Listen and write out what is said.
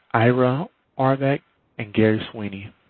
ira and gary sweeney.